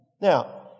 Now